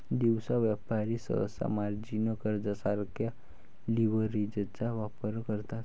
दिवसा व्यापारी सहसा मार्जिन कर्जासारख्या लीव्हरेजचा वापर करतात